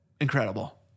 Incredible